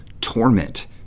torment